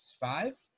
five